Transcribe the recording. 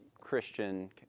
Christian